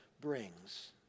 brings